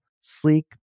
sleek